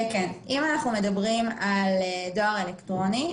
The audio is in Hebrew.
אנחנו מדברים על דואר אלקטרוני,